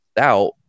out